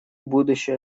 будущее